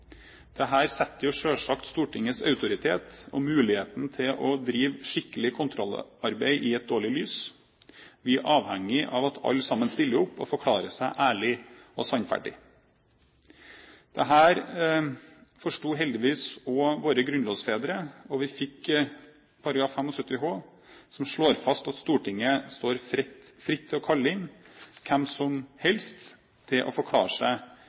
setter selvsagt Stortingets autoritet og mulighet til å drive skikkelig kontrollarbeid i et dårlig lys. Vi er avhengig av at alle stiller opp og forklarer seg ærlig og sannferdig. Dette forsto heldigvis også våre grunnlovsfedre, og vi fikk § 75 h, som slår fast at Stortinget står fritt til å kalle inn hvem som helst til å forklare seg